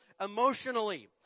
emotionally